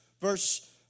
Verse